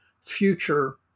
future